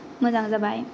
मोजां जाबाय